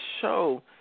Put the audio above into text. show